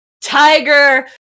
Tiger